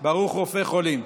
ברוך רופא חולים.